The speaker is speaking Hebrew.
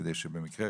כדי שבמקרה,